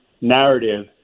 narrative